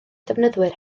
defnyddwyr